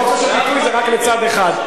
חופש הביטוי זה רק לצד אחד.